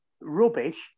rubbish